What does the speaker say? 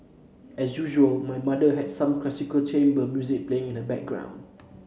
as usual my mother had some classical chamber music playing in the background